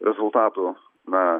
rezultatų na